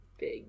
Big